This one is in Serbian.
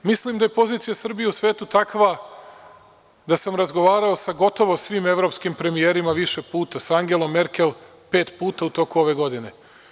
Mislim da je pozicija Srbije u svetu takva da sam razgovarao sa gotovo svim evropskim premijerima više puta, sa Angelom Merkel, pet puta u toku ove godine.